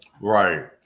Right